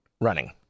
Running